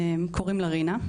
קוראים לה רינה,